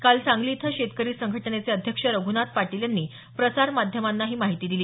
काल सांगली इथं शेतकरी संघटनेचे अध्यक्ष रघ्नाथ पाटील यांनी प्रसार माध्यमांना ही माहिती दिली